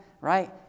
right